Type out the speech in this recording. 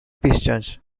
pistons